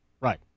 Right